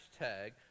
hashtag